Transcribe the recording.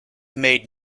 made